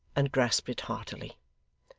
and grasped it heartily.